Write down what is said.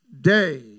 day